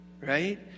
Right